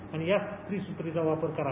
आणि या त्रिसुत्रीचा वापर करा